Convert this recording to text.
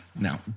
now